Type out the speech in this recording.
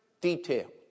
detail